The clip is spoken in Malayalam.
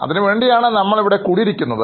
അതിനു വേണ്ടിയാണ്നമ്മൾ ഇവിടെ കൂടിയിരിക്കുന്നത്